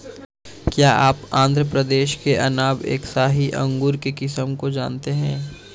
क्या आप आंध्र प्रदेश के अनाब ए शाही अंगूर के किस्म को जानते हैं?